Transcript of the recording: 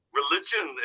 religion